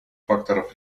факторов